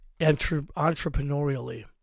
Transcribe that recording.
entrepreneurially